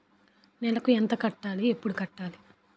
నెలకు ఎంత కట్టాలి? ఎప్పుడు కట్టాలి?